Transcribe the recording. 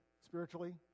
spiritually